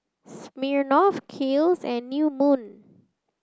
Smirnoff Kiehl's and New Moon